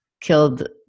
killed